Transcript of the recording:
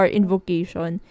Invocation